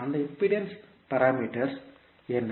அந்த impedance parameters என்ன